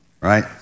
right